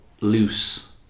loose